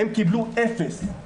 הם קיבלו אפס,.